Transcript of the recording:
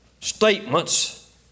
statements